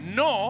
no